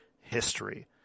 history